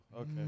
okay